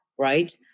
right